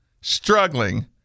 struggling